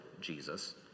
Jesus